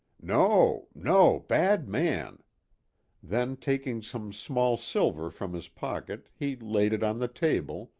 no, no! bad man then taking some small silver from his pocket he laid it on the table,